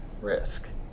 risk